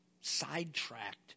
sidetracked